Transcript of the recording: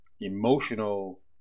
emotional